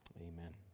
Amen